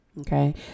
okay